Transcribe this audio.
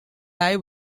lie